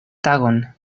tagon